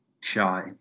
shy